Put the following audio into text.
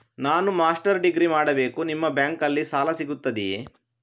ನಾನು master degree ಮಾಡಬೇಕು, ನಿಮ್ಮ ಬ್ಯಾಂಕಲ್ಲಿ ಸಾಲ ಸಿಗುತ್ತದೆಯೇ?